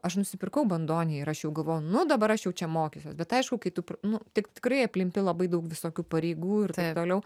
aš nusipirkau bandoniją ir aš jau galvojau nu dabar aš jau čia mokysiuosi bet aišku kai tu nu tik tikrai aplimpi labai daug visokių pareigų ir taip toliau